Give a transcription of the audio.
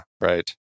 Right